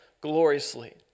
gloriously